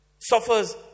Suffers